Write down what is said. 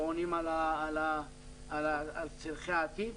ועונים על צורכי העתיד.